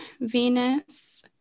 Venus